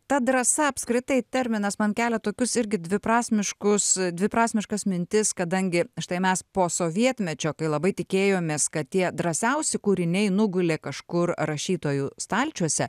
ta drąsa apskritai terminas man kelia tokius irgi dviprasmiškus dviprasmiškas mintis kadangi štai mes po sovietmečio kai labai tikėjomės kad tie drąsiausi kūriniai nugulė kažkur rašytojų stalčiuose